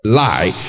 lie